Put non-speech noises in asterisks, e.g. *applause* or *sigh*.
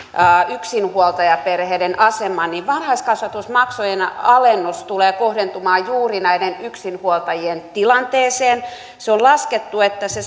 yksinhuoltajaperheiden aseman varhaiskasvatusmaksujen alennus tulee kohdentumaan juuri näiden yksinhuoltajien tilanteeseen on laskettu että se *unintelligible*